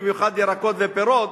במיוחד פירות וירקות,